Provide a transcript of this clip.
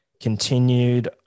continued